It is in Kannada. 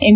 ಎಂ